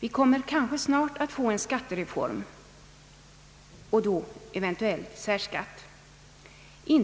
Vi kommer kanske snart att få en skattereform, eventuellt med regler om obligatorisk särbeskattning.